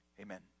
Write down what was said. amen